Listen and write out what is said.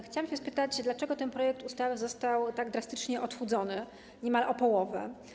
Chciałam się spytać, dlaczego ten projekt ustawy został tak drastycznie odchudzony, niemal o połowę.